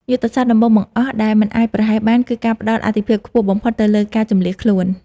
យុទ្ធសាស្ត្រដំបូងបង្អស់ដែលមិនអាចប្រហែសបាន គឺការផ្ដល់អាទិភាពខ្ពស់បំផុតទៅលើការជម្លៀសខ្លួន។